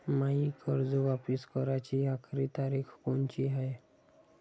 मायी कर्ज वापिस कराची आखरी तारीख कोनची हाय?